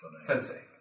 Sensei